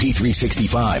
P365